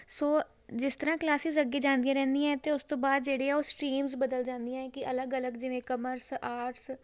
ਸੋ ਜਿਸ ਤਰ੍ਹਾਂ ਕਲਾਸਿਜ਼ ਅੱਗੇ ਜਾਂਦੀਆਂ ਰਹਿੰਦੀਆਂ ਅਤੇ ਉਸ ਤੋਂ ਬਾਅਦ ਜਿਹੜੇ ਆ ਉਹ ਸਟਰੀਮਸ ਬਦਲ ਜਾਂਦੀਆਂ ਹੈ ਕਿ ਅਲੱਗ ਅਲੱਗ ਜਿਵੇਂ ਕਮਰਸ ਆਰਟਸ